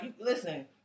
listen